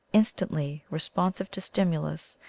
instantly re sponsive to stimulus,